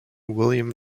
william